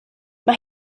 mae